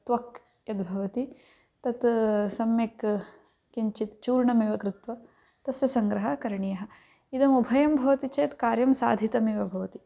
त्वक् यद्भवति तत् सम्यक् किञ्चित् चूर्णमिव कृत्वा तस्य सङ्ग्रहः करणीयः इदम् उभयं भवति चेत् कार्यं साधितमिव भवति